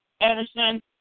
Anderson